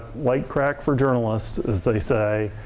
light crack for journalists as they say.